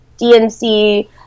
DNC